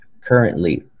currently